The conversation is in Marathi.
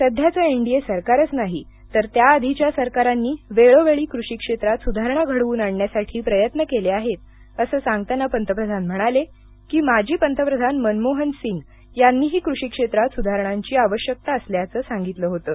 सध्याचं एनडीए सरकारच नाही तर त्याही आधीच्या सरकारांनी वेळोवेळी कृषी क्षेत्रात सुधारणा घडवून आणण्यासाठी प्रयत्न केले आहेत असं सांगताना पंतप्रधान म्हणाले की माजी पंतप्रधान मनमोहन सिंह यांनीही कृषी क्षेत्रात सुधारणांची अवश्यकता असल्याचं सांगितलं होतं